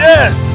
Yes